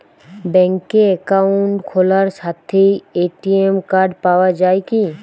ব্যাঙ্কে অ্যাকাউন্ট খোলার সাথেই এ.টি.এম কার্ড পাওয়া যায় কি?